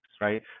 Right